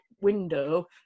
window